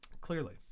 Clearly